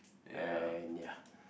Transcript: and ya